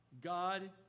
God